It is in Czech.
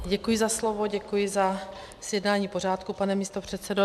Děkuji za slovo, děkuji za zjednání pořádku, pane místopředsedo.